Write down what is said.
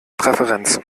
präferenz